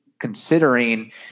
considering